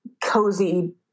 cozy